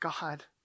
God